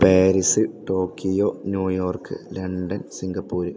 Paris Tokyo New York London Singapore